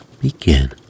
begin